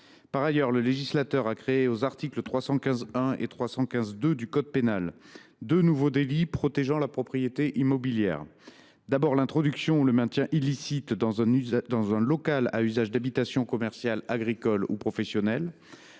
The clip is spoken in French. Par ailleurs, le législateur a créé aux articles 315 1 et 315 2 du code pénal deux nouveaux délits protégeant la propriété immobilière : d’une part, l’introduction ou le maintien illicites « dans un local à usage d’habitation ou à usage commercial, agricole ou professionnel